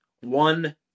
one